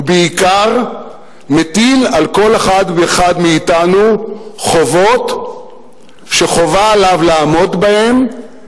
ובעיקר מטיל על כל אחד ואחד מאתנו חובות שחובה עליו לעמוד בהן,